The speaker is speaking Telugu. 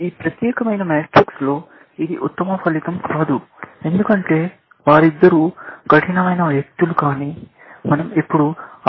ఈ ప్రత్యేకమైన మైట్రిక్స లో ఇది ఉత్తమ ఫలితం కాదు ఎందుకంటే వారిద్దరూ కఠినమైన వ్యక్తులు కాని మన০ ఇప్పుడు ఆ దొంగల గురించి మాట్లాడుతున్నాము